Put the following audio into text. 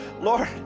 Lord